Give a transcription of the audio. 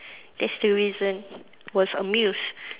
that's the reason was amused